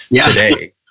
today